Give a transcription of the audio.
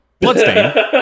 bloodstain